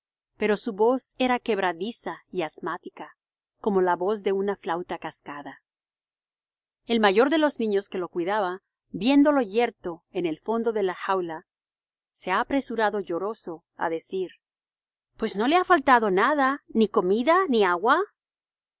pero su voz era quebradiza y asmática como la voz de una flauta cascada el mayor de los niños que lo cuidaba viéndolo yerto en el fondo de la jaula se ha apresurado lloroso á decir pues no le ha faltado nada ni comida ni agua